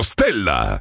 Stella